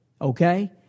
okay